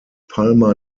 palma